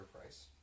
price